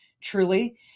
Truly